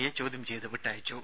A ചോദ്യം ചെയ്ത് വിട്ടയച്ചു